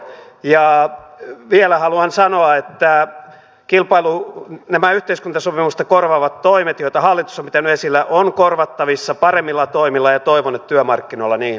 ja vielä haluan sanoa että nämä yhteiskuntasopimusta korvaavat toimet joita hallitus on pitänyt esillä ovat korvattavissa paremmilla toimilla ja toivon että työmarkkinoilla niihin päästään